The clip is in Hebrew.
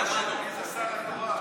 איפה השרה?